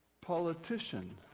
politician